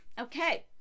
Okay